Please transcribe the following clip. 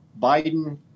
Biden